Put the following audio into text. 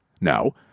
No